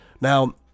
Now